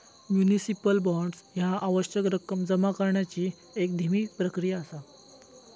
municipal bonds ह्या आवश्यक रक्कम जमा करण्याची एक धीमी प्रक्रिया असा